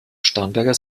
starnberger